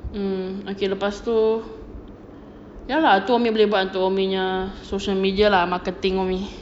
mm okay lepas tu ya lah itu umi boleh buat untuk umi punya social media lah marketing umi